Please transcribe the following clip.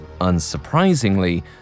Unsurprisingly